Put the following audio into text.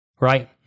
Right